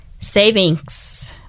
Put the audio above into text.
savings